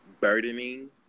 burdening